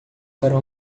para